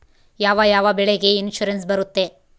ಯಾವ ಯಾವ ಬೆಳೆಗೆ ಇನ್ಸುರೆನ್ಸ್ ಬರುತ್ತೆ?